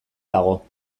dago